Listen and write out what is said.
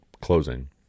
closing